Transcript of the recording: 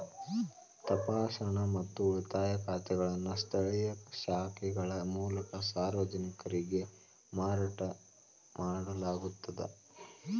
ತಪಾಸಣೆ ಮತ್ತು ಉಳಿತಾಯ ಖಾತೆಗಳನ್ನು ಸ್ಥಳೇಯ ಶಾಖೆಗಳ ಮೂಲಕ ಸಾರ್ವಜನಿಕರಿಗೆ ಮಾರಾಟ ಮಾಡಲಾಗುತ್ತದ